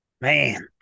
man